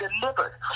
delivered